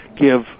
give